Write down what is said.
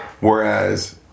whereas